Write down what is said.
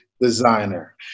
designer